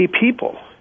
people